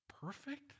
perfect